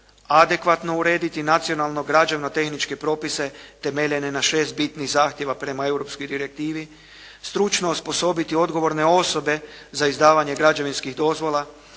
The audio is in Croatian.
adekvatno urediti nacionalno građevno tehničke propise temeljene na šest bitnih zahtjeva prema europskoj direktivi, stručno osposobiti odgovorne osobe za izdavanje građevinskih dozvola,